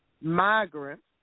migrants